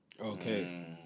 Okay